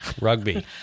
Rugby